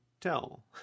tell